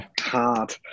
hard